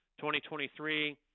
2023